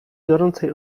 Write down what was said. gorącej